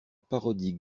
parodie